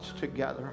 together